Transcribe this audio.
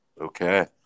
Okay